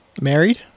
Married